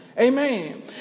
Amen